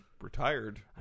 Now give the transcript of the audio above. retired